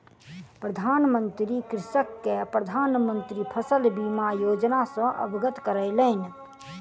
प्रधान मंत्री कृषक के प्रधान मंत्री फसल बीमा योजना सॅ अवगत करौलैन